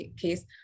case